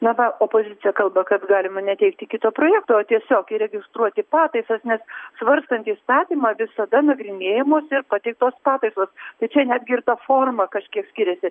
na va opozicija kalba kad galima neteisti kito projekto o tiesiog įregistruoti pataisas nes svarstant įstatymą visada nagrinėjamos ir pateiktos pataisos tai čia netgi ir ta forma kažkiek skiriasi